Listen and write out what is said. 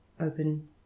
open